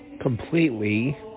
completely